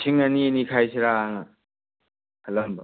ꯂꯤꯁꯤꯡ ꯑꯅꯤ ꯑꯅꯤ ꯈꯥꯏꯁꯤꯔꯥꯅ ꯈꯜꯂꯝꯕ